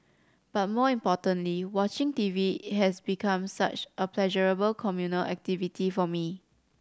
but more importantly watching T V has become such a pleasurable communal activity for me